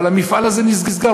אבל המפעל הזה נסגר,